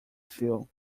few